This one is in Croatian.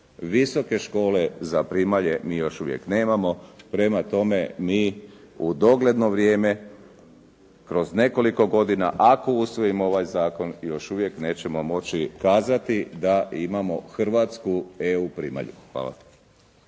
Visoke škole za primalje mi još uvijek nemamo, prema tome mi u dogledno vrijeme kroz nekoliko godina, ako usvojimo ovaj zakon još uvijek nećemo moći kazati da imamo hrvatsku EU primalju. Hvala.